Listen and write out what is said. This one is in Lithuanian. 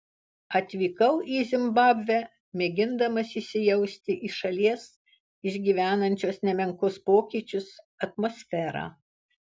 atvykau į zimbabvę mėgindamas įsijausti į šalies išgyvenančios nemenkus pokyčius atmosferą